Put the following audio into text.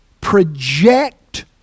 project